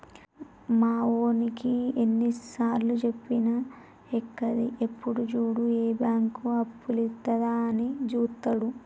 మావోనికి ఎన్నిసార్లుజెప్పినా ఎక్కది, ఎప్పుడు జూడు ఏ బాంకు అప్పులిత్తదా అని జూత్తడు